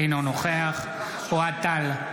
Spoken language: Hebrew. אינו נוכח אוהד טל,